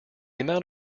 amount